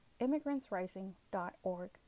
immigrantsrising.org